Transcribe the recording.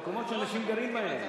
במקומות שאנשים גרים בהם,